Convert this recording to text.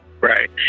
Right